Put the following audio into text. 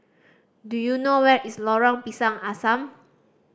do you know where is Lorong Pisang Asam